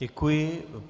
Děkuji.